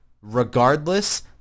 regardless